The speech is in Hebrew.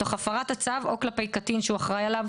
תוך הפרת הצו או כלפי קטין שהוא אחראי עליו,